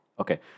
Okay